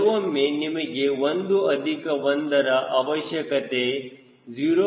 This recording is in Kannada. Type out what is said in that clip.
ಕೆಲವೊಮ್ಮೆ ನಿಮಗೆ 1 ಅಧಿಕ 1ರ ಅವಶ್ಯಕತೆ 0